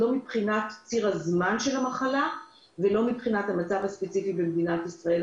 גם מבחינת ציר הזמן של המחלה וגם מבחינת המצב הספציפי במדינת ישראל.